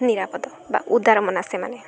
ନିରାପଦ ବା ଉଦାର ମନା ସେମାନେ